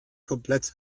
komplett